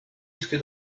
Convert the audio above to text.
jusque